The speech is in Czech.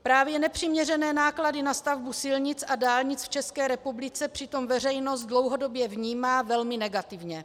Právě nepřiměřené náklady na stavbu silnic a dálnic v České republice přitom veřejnost dlouhodobě vnímá velmi negativně.